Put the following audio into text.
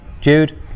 Jude